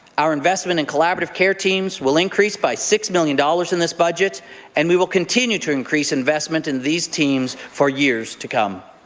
our investment in collaborative care teams will increase by six million dollars in this budget and we will continue to increase investment in these teams for years to come.